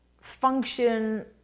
function